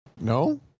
No